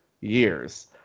years